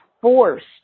forced